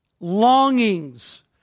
longings